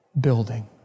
building